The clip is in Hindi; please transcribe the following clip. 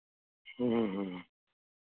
ह्म्म ह्म्म